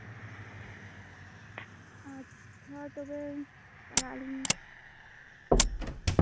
ᱟᱪᱪᱷᱟ ᱛᱚᱵᱮ ᱪᱟᱞᱟᱜ ᱟᱹᱞᱤᱧ